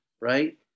right